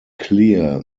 clear